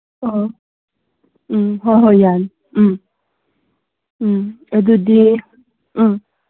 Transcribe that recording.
ꯑꯥ ꯎꯝ ꯍꯣꯏ ꯍꯣꯏ ꯌꯥꯅꯤ ꯎꯝ ꯎꯝ ꯑꯗꯨꯗꯤ ꯎꯝ